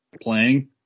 playing